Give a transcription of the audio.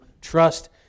trust